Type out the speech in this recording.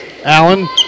Allen